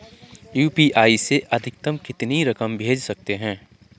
UPI से अधिकतम कितनी रकम भेज सकते हैं?